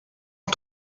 est